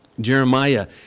Jeremiah